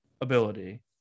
ability